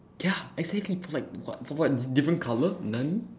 ya exactly for like what what what different color nani